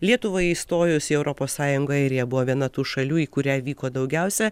lietuvai įstojus į europos sąjungą airija buvo viena tų šalių į kurią vyko daugiausia